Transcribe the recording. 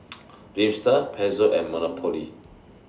Dreamster Pezzo and Monopoly